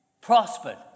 prospered